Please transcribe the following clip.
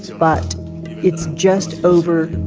so but it's just over.